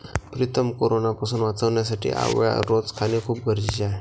प्रीतम कोरोनापासून वाचण्यासाठी आवळा रोज खाणे खूप गरजेचे आहे